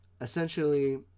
essentially